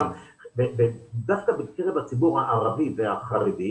בקרב החרדים